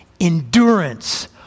endurance